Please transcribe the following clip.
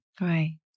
right